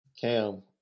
Cam